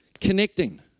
connecting